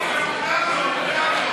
איזו זכות יתר יש לך להגיד?